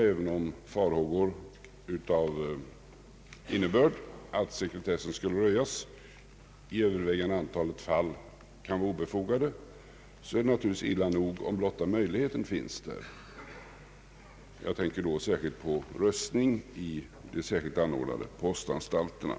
även om farhågor för att sekretessen skulle röjas i övervägande antalet fall är obefogade är det illa nog om blotta möjligheten finns. Jag tänker då närmast på röstning vid de särskilt inrättade postanstalterna.